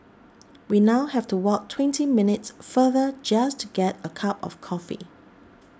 we now have to walk twenty minutes farther just to get a cup of coffee